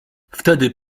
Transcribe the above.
wtedy